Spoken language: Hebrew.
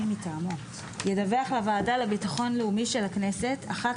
מטעמו ידווח לוועדה לביטחון לאומי של הכנסת אחת